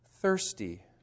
thirsty